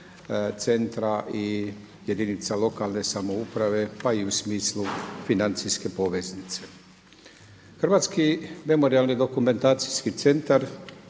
centra i jedinica lokalne samouprave pa i u smislu financijske poveznice. Hrvatski memorijalni-dokumentacijski centar